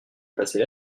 passer